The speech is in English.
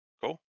cool